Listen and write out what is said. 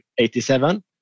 87